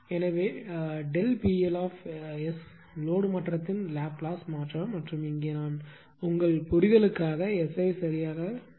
எனவே PL load மாற்றத்தின் Laplace மாற்றம் மற்றும் இங்கே நான் உங்கள் புரிதலுக்காக S ஐ சரியாக வைக்கிறேன் 0